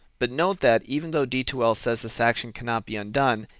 but note that even though d two l says this action can not be undone,